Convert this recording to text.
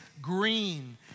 green